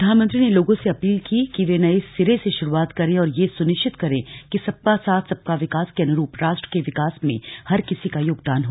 प्रधानमंत्री ने लोगों से अपील की कि वे नए सिरे से शुरुआत करें और यह सुनिश्चित करें कि सबका साथ सबका विकास के अनुरूप राष्ट्र के विकास में हर किसी का योगदान हो